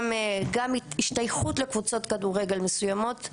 גם השתייכות לקבוצות כדורגל מסוימות.